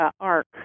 arc